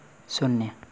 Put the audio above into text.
शून्य